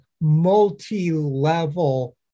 multi-level